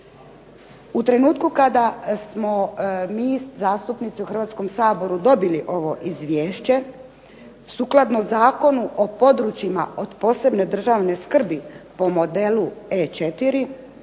U trenutku kada smo mi zastupnici u Hrvatskom saboru dobili ovo Izvješće, sukladno Zakonu o područjima od posebne državne skrbi po modelu E4